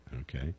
Okay